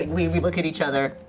like we we look at each other.